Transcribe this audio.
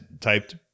typed